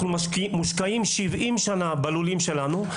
אנחנו מושקעים 70 שנים בלולים שלנו.